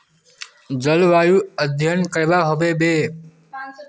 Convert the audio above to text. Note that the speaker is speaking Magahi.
जलवायु अध्यन करवा होबे बे?